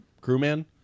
crewman